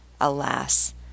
Alas